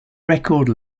record